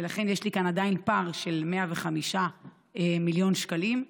ולכן יש לי כאן עדיין פער של 105 מיליון שקלים.